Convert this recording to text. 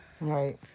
Right